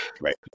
right